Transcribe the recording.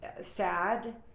sad